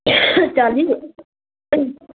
चालिस